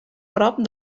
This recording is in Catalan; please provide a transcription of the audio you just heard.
prop